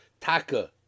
Taka